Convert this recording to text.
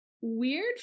weird